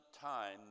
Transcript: time